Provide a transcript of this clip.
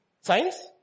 Science